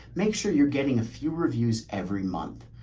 make sure you're getting a few reviews every month.